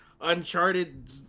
Uncharted